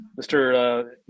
Mr